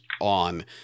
on